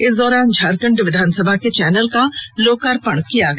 इस दौरान झारखंड विधानसभा के चैनल का लोकार्पण किया गया